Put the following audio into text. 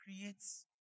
creates